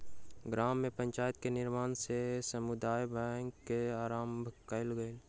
गाम में पंचायत के निर्णय सॅ समुदाय बैंक के आरम्भ कयल गेल